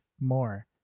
more